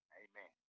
amen